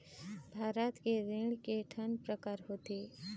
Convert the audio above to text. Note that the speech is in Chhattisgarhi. भारत के ऋण के ठन प्रकार होथे?